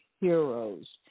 Heroes